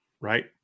right